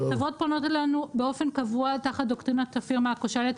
חברות פונות אלינו באופן קבוע תחת דוקטרינת הפירמה הכושלת,